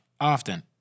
Often